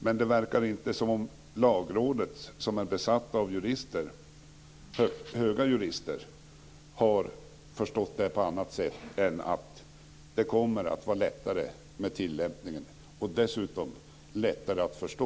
Men det verkar inte som att Lagrådet som är sammansatt av höga jurister har förstått det på annat sätt än att det kommer att vara lättare med tillämpningen och dessutom lättare att förstå.